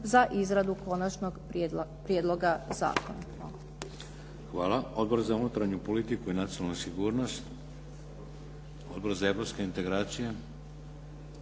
za izradu konačnog prijedloga zakona.